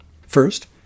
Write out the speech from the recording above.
First